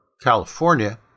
California